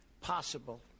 possible